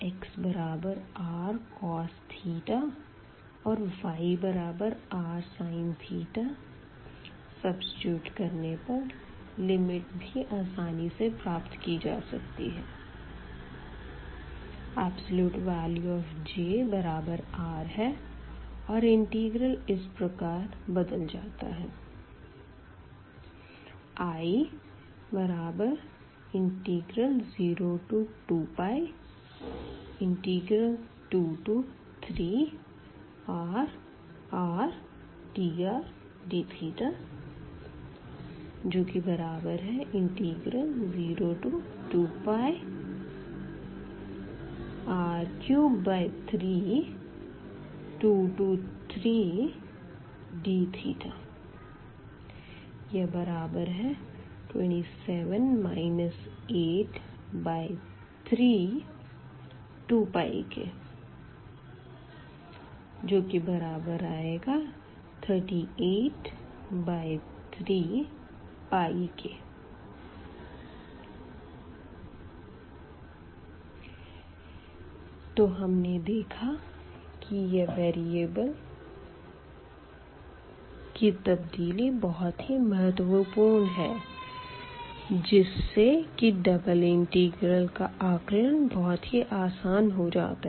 xrcos और yrsin substitute करने पर लिमिट भी आसानी से प्राप्त की जा सकती है Jrहै और इंटिग्रल इस प्रकार बदल जाता है I02π23rrdrdθ02πr3323dθ 27 832π383 तो हमने देखा के यह वेरीअबल की तब्दीली बहुत ही महत्वपूर्ण है जिससे की डबल इंटीग्रल का आकलन बहुत ही आसान हो जाता है